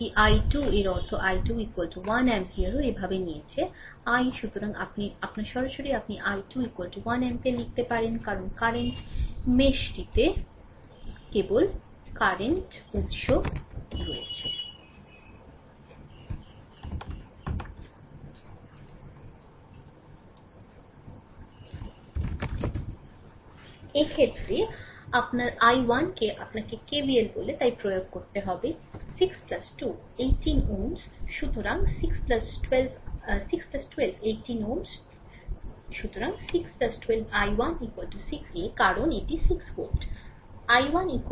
এটি i 2 এর অর্থ i2 1 অ্যাম্পিয়ারও এভাবে নিয়েছে i সুতরাং আপনার সরাসরি আপনি i2 1 অ্যাম্পিয়ার লিখতে পারেন কারণ কারেন্ট meshটিতে কেবল কারেন্ট উত্স রয়েছে সুতরাং এক্ষেত্রে আপনার i1 কে আপনাকে KVL বলে তাই প্রয়োগ করতে হবে 6 12 18 Ω Ω সুতরাং 6 12 i 1 6 এ কারণ এটি 6 ভোল্ট